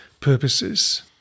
purposes